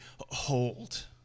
hold